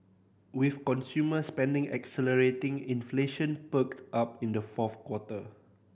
with consumer spending accelerating inflation perked up in the fourth quarter